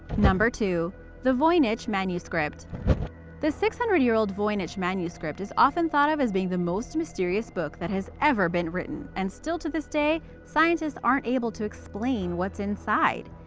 two. the voynich manuscript the six hundred year old voynich manuscript is often thought of as being the most mysterious book that has ever been written, and still, to this day, scientists aren't able to explain what's inside.